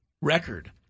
record